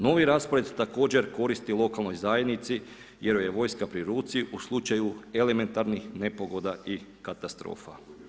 Novi raspored također koristi lokalnoj zajednici jer joj je vojska pri ruci u slučaju elementarnih nepogoda i katastrofa.